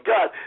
God